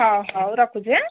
ହଉ ହଉ ରଖୁଛି ଆଁ